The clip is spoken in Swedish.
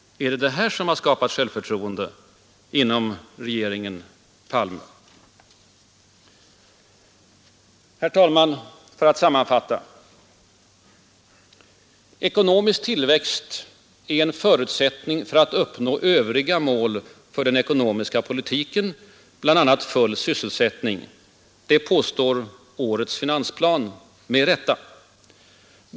Är det detta som har skapat självförtroende inom regeringen Palme? Herr talman! För att sammanfatta. Ekonomisk tillväxt är en förutsättning för att uppnå övriga mål för den ekonomiska politiken, bl.a. full sysselsättning. Det påstår årets finansplan. Med rätta.